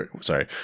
Sorry